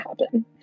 happen